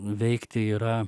veikti yra